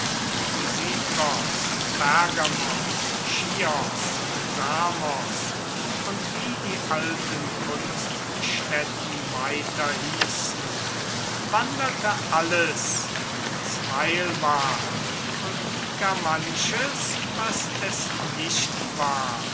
chios samos und wie die alten kunststätten weiter hießen wanderte alles was feil war und gar manches was es nicht war